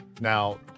Now